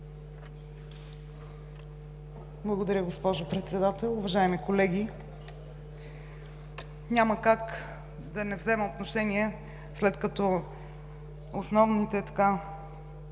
Благодаря, госпожо Председател. Уважаеми колеги, няма как да не взема отношение, след като основните